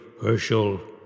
Herschel